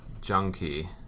junkie